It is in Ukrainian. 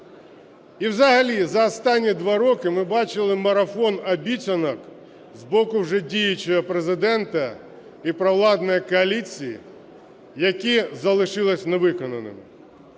І взагалі за останні два роки ми бачили марафон обіцянок з боку вже діючого Президента і провладної коаліції, які залишилися невиконаними.